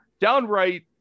downright